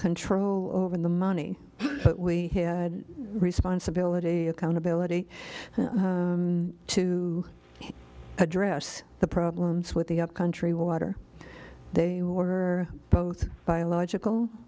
control over the money but we had responsibility accountability to address the problems with the upcountry water they were both biological